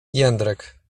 jędrek